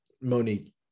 Monique